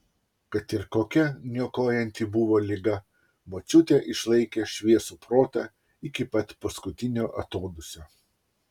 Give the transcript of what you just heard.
kad ir kokia niokojanti buvo liga močiutė išlaikė šviesų protą iki pat paskutinio atodūsio